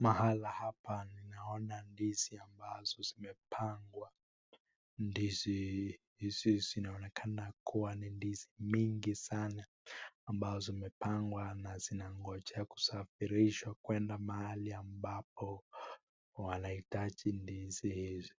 Mahala hapa ninaona ndizi ambazo zimepangwa. Ndizi hizi zinaonekana kuwa ni ndizi mingi sana ambazo zimepangwa na zinangojea kusafirishwa kuenda mahali ambapo wanahitaji ndizi hizi.